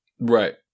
Right